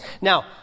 Now